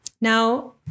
Now